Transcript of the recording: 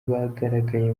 bagaragaye